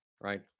Right